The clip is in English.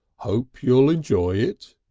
hope you'll enjoy it,